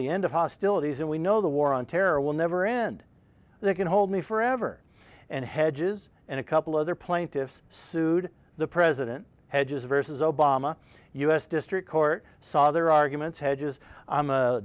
the end of hostilities and we know the war on terror will never end they can hold me forever and hedges and a couple other plaintiffs sued the president had his versus obama u s district court saw their arguments hedges i'm a